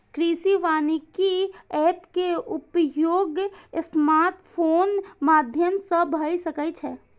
कृषि वानिकी एप के उपयोग स्मार्टफोनक माध्यम सं भए सकै छै